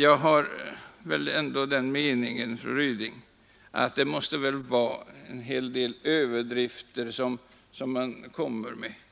Jag har ändå den meningen, fru Ryding, att ni gör en hel del överdrifter